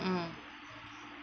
mm